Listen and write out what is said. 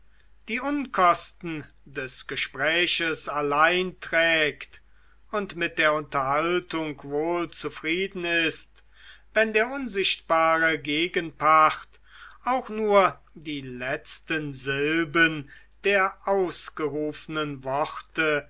die unkosten des gespräches allein trägt und mit der unterhaltung wohl zufrieden ist wenn der unsichtbare gegenpart auch nur die letzten silben der ausgerufenen worte